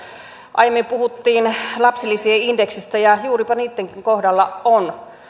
aiemmin puhuttiin lapsilisien indeksistä ja juuripa niittenkin kohdalla on